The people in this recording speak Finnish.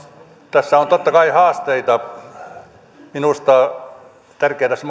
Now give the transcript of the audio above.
tässä on totta kai haasteita minusta tärkeätä tässä